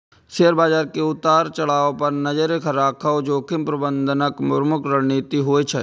share बाजार के उतार चढ़ाव पर नजरि राखब जोखिम प्रबंधनक प्रमुख रणनीति होइ छै